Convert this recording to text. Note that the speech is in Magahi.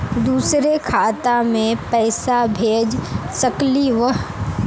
दुसरे खाता मैं पैसा भेज सकलीवह?